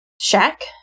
shack